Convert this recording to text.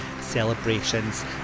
celebrations